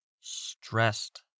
stressed